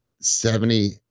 Seventy